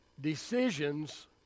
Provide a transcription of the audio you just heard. Decisions